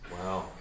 Wow